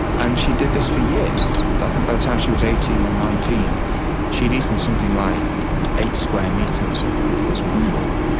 and she did this for years. i think by the time she was eighteen or nineteen she had eaten something like eight square metres of of this mud wall.